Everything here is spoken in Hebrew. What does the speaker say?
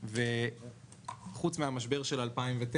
וחוץ מהמשבר של 2009,